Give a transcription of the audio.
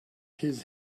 his